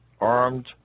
armed